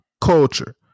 culture